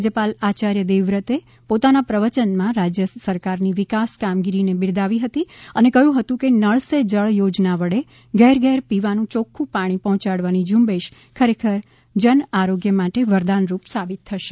રાજ્યપાલ આચાર્ય દેવવ્રતે પોતાના પ્રવચન માં રાજ્ય સરકાર ની વિકાસ કામગીરીને બિરદાવી હતી અને કહ્યું હતું કે નળ સે જળ યોજના વડે ઘેર ઘેર પીવાનું યોખ્ખું પાણી પહોંચાડવાની ઝુંબેશ ખરેખર જન આરોગ્ય માટે વરદાનરૂપ સાબિત થશે